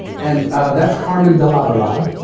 and that's carmen de lavallade